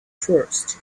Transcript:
first